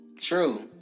True